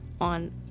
on